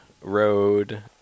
road